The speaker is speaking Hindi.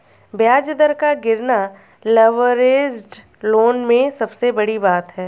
ब्याज दर का गिरना लवरेज्ड लोन में सबसे बड़ी बात है